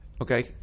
Okay